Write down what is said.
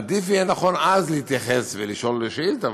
עדיף יהיה ונכון אז להתייחס ולשאול שאילתה,